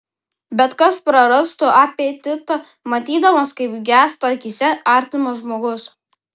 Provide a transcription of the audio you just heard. bet kas prarastų apetitą matydamas kaip gęsta akyse artimas žmogus